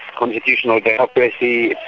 constitutional democracy,